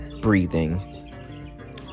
breathing